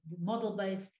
model-based